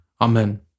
Amen